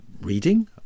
reading